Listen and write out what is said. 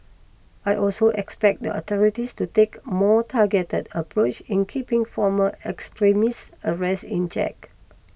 I also expect the authorities to take more targeted approach in keeping former extremists arrested in check